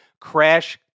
crash